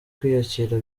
kwiyakira